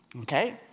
Okay